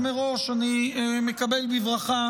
אז מראש אני מקבל בברכה